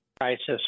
crisis